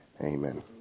amen